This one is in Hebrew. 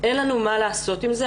אין לנו מה לעשות עם זה.